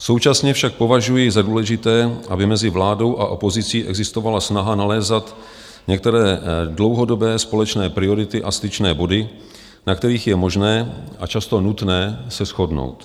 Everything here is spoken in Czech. Současně však považuji za důležité, aby mezi vládou a opozicí existovala snaha nalézat některé dlouhodobé společné priority a styčné body, na kterých je možné a často nutné se shodnout.